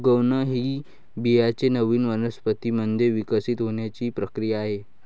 उगवण ही बियाणे नवीन वनस्पतीं मध्ये विकसित होण्याची प्रक्रिया आहे